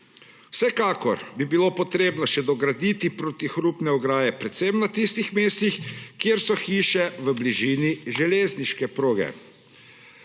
Vsekakor bi bilo potrebno še dograditi protihrupne ograje predvsem na tistih mestih, kjer so hiše v bližini železniške proge.